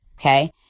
okay